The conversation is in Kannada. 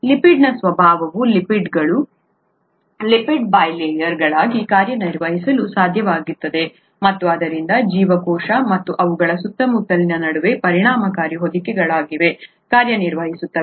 ಲಿಪಿಡ್ನ ಸ್ವಭಾವವು ಲಿಪಿಡ್ಗಳು ಲಿಪಿಡ್ ಬೈ ಲೇಯರ್ಗಳಾಗಿ ಕಾರ್ಯನಿರ್ವಹಿಸಲು ಸಾಧ್ಯವಾಗಿಸುತ್ತದೆ ಮತ್ತು ಆದ್ದರಿಂದ ಜೀವಕೋಶ ಮತ್ತು ಅವುಗಳ ಸುತ್ತಮುತ್ತಲಿನ ನಡುವೆ ಪರಿಣಾಮಕಾರಿ ಹೊದಿಕೆಗಳಾಗಿ ಕಾರ್ಯನಿರ್ವಹಿಸುತ್ತದೆ